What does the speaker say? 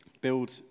build